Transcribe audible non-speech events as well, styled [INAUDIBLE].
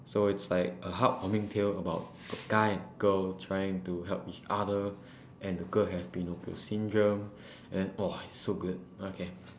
so it's like a heartwarming tale about a guy and girl trying to help each other [BREATH] and the girl has pinocchio syndrome [BREATH] and then !whoa! it's so good okay